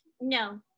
No